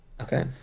Okay